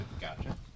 gotcha